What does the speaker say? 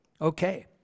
Okay